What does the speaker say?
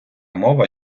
мова